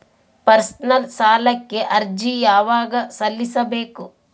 Personal ಸಾಲಕ್ಕೆ ಅರ್ಜಿ ಯವಾಗ ಸಲ್ಲಿಸಬೇಕು?